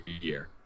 year